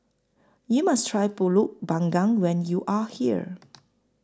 YOU must Try Pulut Panggang when YOU Are here